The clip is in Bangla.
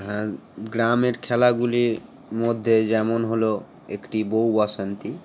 হ্যাঁ গ্রামের খেলাগুলি মধ্যে যেমন হলো একটি বউ বাসন্তী